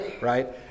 right